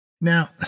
Now